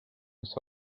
mis